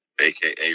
aka